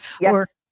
Yes